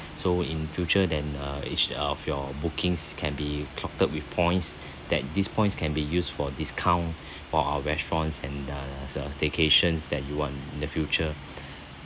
so in future then uh each of your bookings can be clocked with points that these points can be used for discount for our restaurants and the the staycations that you want in the future